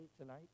tonight